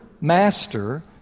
Master